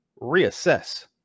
reassess